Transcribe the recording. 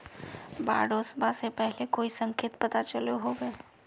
बाढ़ ओसबा से पहले कोई संकेत पता चलो होबे?